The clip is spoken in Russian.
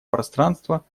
пространства